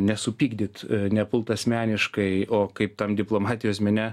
nesupykdyt nepult asmeniškai o kaip tam diplomatijos mene